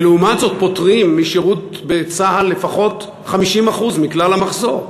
ולעומת זאת פוטרים משירות צה"ל לפחות 50% מכלל המחזור,